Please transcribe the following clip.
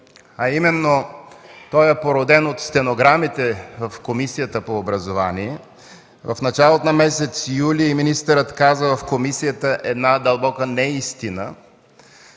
напрежението, породен от стенограмите в Комисията по образованието. В началото на месец юли министърът каза в комисията една дълбока неистина